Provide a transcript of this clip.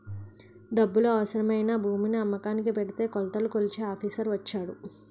డబ్బులు అవసరమై నా భూమిని అమ్మకానికి ఎడితే కొలతలు కొలిచే ఆఫీసర్ వచ్చాడు